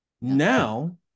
Now